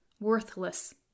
worthless